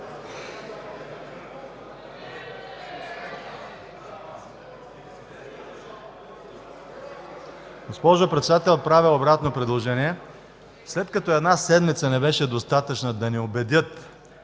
Госпожо Председател, правя обратно предложение. След като една седмица не беше достатъчна да ни убедят